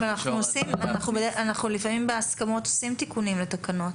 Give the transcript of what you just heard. אבל אנחנו לפעמים בהסכמות עושים תיקונים לתקנות,